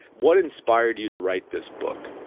what inspired you to write this book?